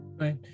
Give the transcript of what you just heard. Right